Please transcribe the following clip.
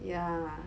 ya lah